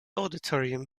auditorium